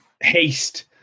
haste